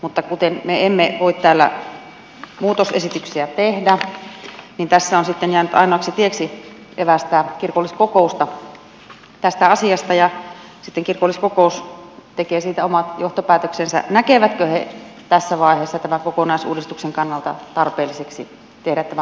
mutta kun me emme voi täällä muutosesityksiä tehdä niin tässä on sitten jäänyt ainoaksi tieksi evästää kirkolliskokousta tästä asiasta ja sitten kirkolliskokous tekee siitä omat johtopäätöksensä näkevätkö he tässä vaiheessa tämän kokonaisuudistuksen kannalta tarpeelliseksi tehdä tämän muutoksenhakukiellon muutoksen